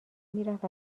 میرفت